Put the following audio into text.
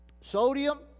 sodium